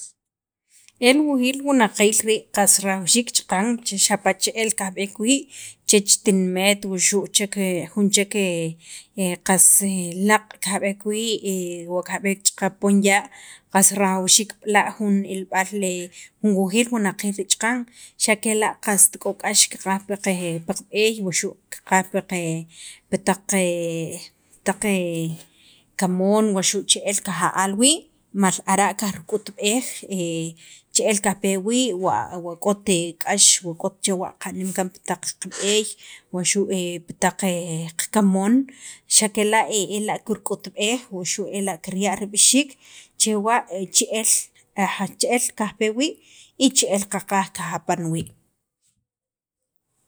El wujiil wunaqiil rii' qas rajawxiik chaqan che xapa' che'el kajb'eek wii' chech tinimet wuxu' chek jun chek qas laaq' kajb'eek wii', wo qajb'eek ch'aqap poon ya' qas rajawxiik b'la' jun ilb'al, jun wujiil wunaqaiil rii' chaqan, xa' kela' qast k'o k'ax kiqaj pi qab'eey wuxu' kiqaj pi pi taq kamoon waxu' che'el kaja al wii' mal ara' kajrik'utb'ej che'el kajpe wii' wa k'ot k'ax wu k'ot chewa' qab'an kaan pi taq qab'eey, waxu' pi taq qakamoon xa' kela' ela' kirk'utb'el wuxu' kirya' rib'ixiik che'el kajpe wii' y che'el qaqaj kajapan wii'.